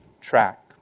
track